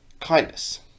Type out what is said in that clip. Kindness